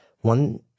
one